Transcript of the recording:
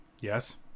Yes